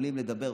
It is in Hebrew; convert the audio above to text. עולים לדבר,